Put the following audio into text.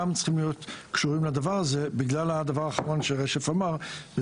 שגם צריכים להיות קשורים לדבר הזה בגלל הדבר האחרון שרשף אמר והוא